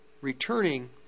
returning